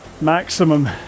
maximum